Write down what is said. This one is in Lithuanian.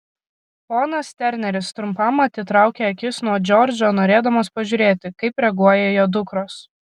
ponas terneris trumpam atitraukė akis nuo džordžo norėdamas pažiūrėti kaip reaguoja jo dukros